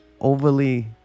overly